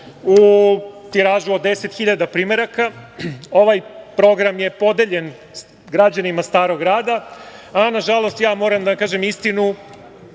u tiražu od 10 hiljada primeraka. Ovaj program je podeljen građanima Starog Grada, a nažalost, moram da kažem istinu,